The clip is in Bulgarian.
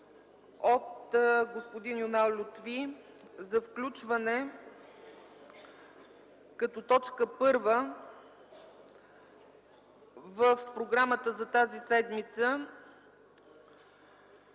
от господин Юнал Лютфи за включване като точка първа в програмата за тази седмица